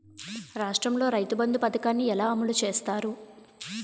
రాష్ట్రంలో రైతుబంధు పథకాన్ని ఎలా అమలు చేస్తారు?